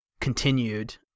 continued